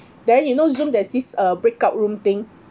then you know zoom there's this uh break out room thing